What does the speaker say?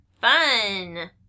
Fun